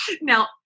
Now